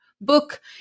book